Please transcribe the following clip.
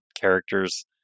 characters